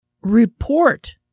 report